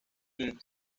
inc